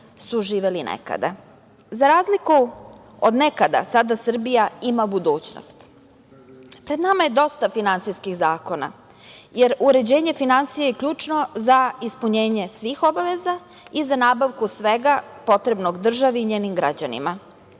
su živeli nekada.Za razliku od nekada, sada Srbija ima budućnost. Pred nama je dosta finansijskih zakona, jer uređenje finansija je ključno za ispunjenje svih obaveza i za nabavku svega potrebnog državi i njenim građanima.